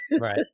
Right